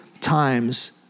times